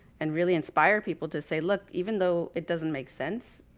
and really inspire people to say look, even though it doesn't make sense,